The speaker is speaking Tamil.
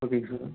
ஓகேங்க சார்